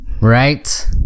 Right